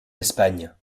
espagne